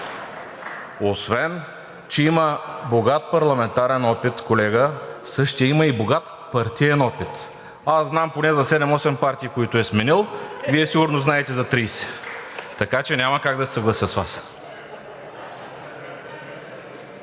Освен че има богат парламентарен опит, колега, същият има и богат партиен опит. Аз знам поне за 7 – 8 партии, които е сменил, а Вие сигурно знаете за 30, така че няма как да се съглася с Вас.